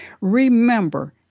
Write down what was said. remember